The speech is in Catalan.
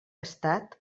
estat